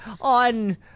on